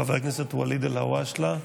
חבר הכנסת ואליד אלהואשלה,